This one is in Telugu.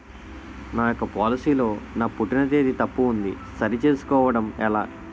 నా యెక్క పోలసీ లో నా పుట్టిన తేదీ తప్పు ఉంది సరి చేసుకోవడం ఎలా?